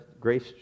Grace